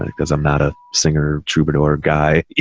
ah cause i'm not a singer troubadour guy.